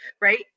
right